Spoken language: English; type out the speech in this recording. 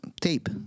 tape